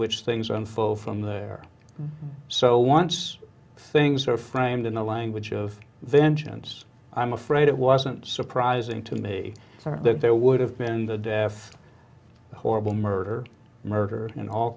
which things unfold from there so once things are framed in the language of vengeance i'm afraid it wasn't surprising to me that there would have been the deaf the horrible murder murder in all